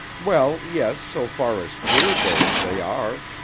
well, yes, so far as clear goes they are.